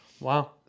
Wow